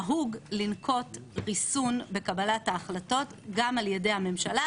נהוג לנקוט ריסון בקבלת ההחלטות גם על-ידי הממשלה,